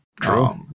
true